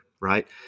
right